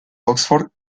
oxford